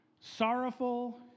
sorrowful